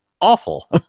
awful